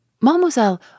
Mademoiselle